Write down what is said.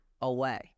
away